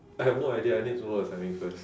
I have no idea I need to know the timing first